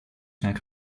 zijn